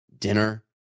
Dinner